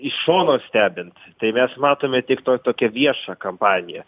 iš šono stebint tai mes matome tik tą tokią viešą kampaniją